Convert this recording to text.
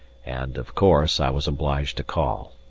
and, of course, i was obliged to call.